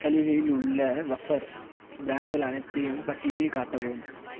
சலுகை உள்ள வஃபர் பிராண்டுகள் அனைத்தையும் பட்டியலில் காட்டவும்